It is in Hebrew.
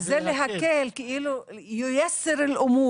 זה סיעתא דשמיא.